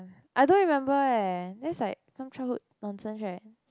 I don't remember [eh]that is like some childhood nonsense right